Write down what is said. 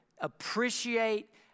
appreciate